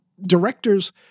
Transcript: directors